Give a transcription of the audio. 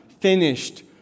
Finished